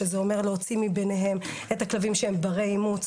שזה אומר להוציא מבניהם את הכלבים שהם ברי אימוץ